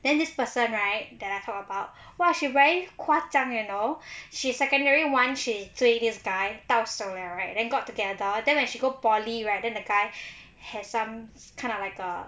then this person right that I talk about !wah! she very 夸张 you know she secondary [one] she 追 this guy 到手了 right then got together then when she go poly right then the guy has some kind of like a